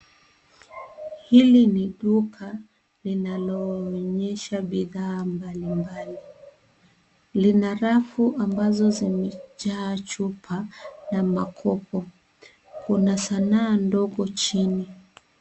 Hili ni duka linaloonyesha bidhaa mbali mbali. Lina rafu ambazo zimejaa chupa na makopo, kuna sanaa ndogo chini.